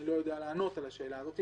אני לא יודע לענות על השאלה הזאת.